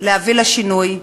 להביא לשינוי.